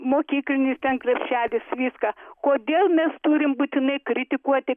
mokyklinis ten krepšelis viską kodėl mes turim būtinai kritikuoti